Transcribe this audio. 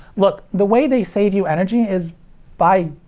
look, the way they save you energy is by,